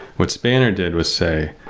what spanner did was say,